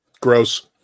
Gross